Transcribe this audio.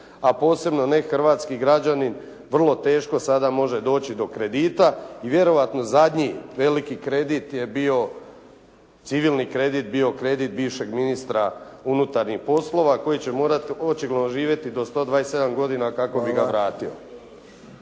a posebno ne hrvatski građanin vrlo teško sada može doći do kredita i vjerojatno zadnji veliki kredit je bio, civilni kredit bio kredit bivšeg ministra unutarnjih poslova koji će morati očigledno živjeti do 127 godina kako bi ga vratio.